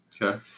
Okay